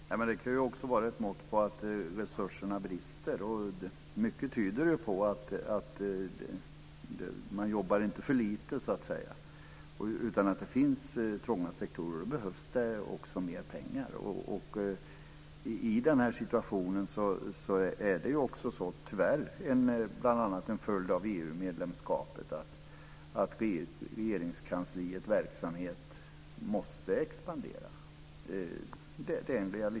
Fru talman! Det kan också vara ett mått på att resurserna brister. Och mycket tyder på att man inte jobbar för lite utan att det finns trånga sektorer, och då behövs det också mer pengar. Och tyvärr är denna situation bl.a. en följd av EU medlemskapet. På grund av detta måste Regeringskansliets verksamhet expandera.